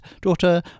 daughter